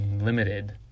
limited